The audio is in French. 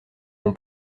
mon